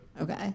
Okay